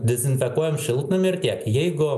dezinfekuojam šiltnamį ir tiek jeigu